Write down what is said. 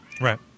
Right